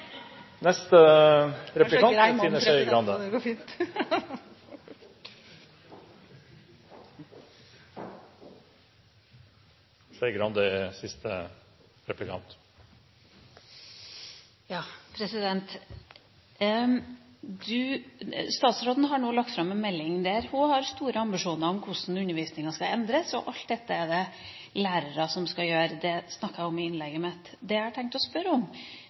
Statsråden har nå lagt fram en melding der hun har store ambisjoner om hvordan undervisninga skal endres, og alt dette er det lærere som skal gjøre. Det snakket jeg om i innlegget mitt. Det jeg har tenkt å spørre om,